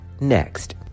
next